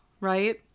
right